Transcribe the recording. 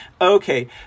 Okay